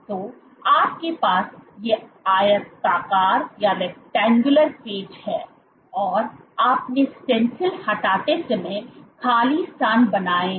तो आपके पास ये आयताकार पैच हैं और आपने स्टैंसिल हटाते समय खाली स्थान बनाए हैं